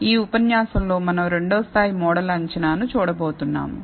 ఈ ఉపన్యాసంలో మనం రెండవ స్థాయి మోడల్ అంచనా ను చూడబోతున్నాము